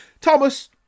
Thomas